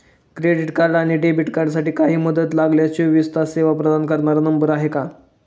Credit आणि debit कार्डसाठी काही मदत लागल्यास चोवीस तास सेवा प्रदान करणारा नंबर आहे का?